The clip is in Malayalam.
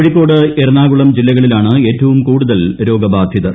കോഴിക്കോട് എറണാകുളം ജില്ലകളിലാണ് ഏറ്റവും കൂടുതൽ രോഗബാധിതർ